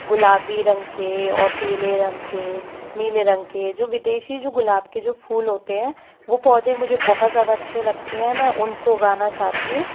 गुलाबी रंग के और पीले रंग के नीले रंग के जो विदेशी जो गुलाब के जो फूल होते हैं वो पौधे मुझे बहुत ज़्यादा अच्छे लगते हैं मैं उनको उगाना चाहती हूँ